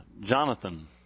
Jonathan